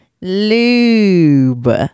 lube